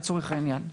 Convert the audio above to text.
לצורך העניין,